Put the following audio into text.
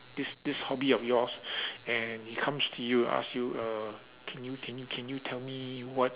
this this hobby of yours and he comes to you and ask you err can you can you can you tell me what